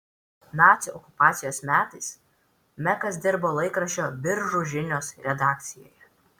nacių okupacijos metais mekas dirbo laikraščio biržų žinios redakcijoje